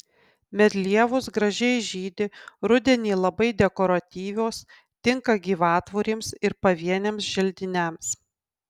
medlievos gražiai žydi rudenį labai dekoratyvios tinka gyvatvorėms ir pavieniams želdiniams